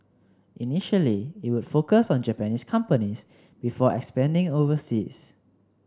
initially it would focus on Japanese companies before expanding overseas